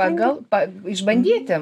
pagal pa išbandyti